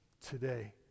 Today